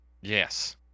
Yes